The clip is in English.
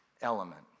element